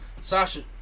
Sasha